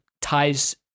ties